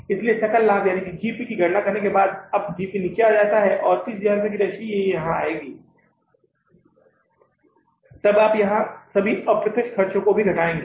इस सकल लाभ जीपी की गणना के बाद यह जीपी अब निचे आता है 30000 की यह राशि यहां आएगी तब आप यहां सभी अप्रत्यक्ष ख़र्चों को घटाएंगे